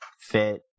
fit